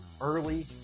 early